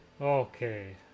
okay